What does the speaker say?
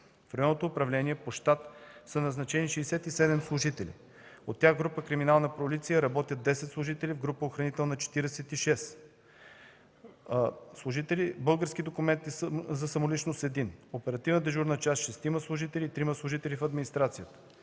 В Районното управление по щат са назначени 67 служители. От тях в група „Криминална полиция” работят 10 служители, в група „Охранителна” – 46, „Български документи за самоличност” – един, оперативна дежурна част – шестима служители, трима – в администрацията.